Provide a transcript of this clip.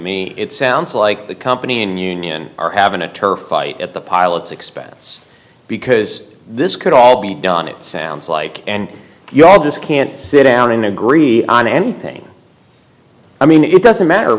me it sounds like the company in union or ave ter fight at the pilot's expense because this could all be done it sounds like and you all just can't sit down and agree on anything i mean it doesn't matter